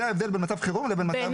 זה הבדל בין מצב חירום לבין מצב בריאותי.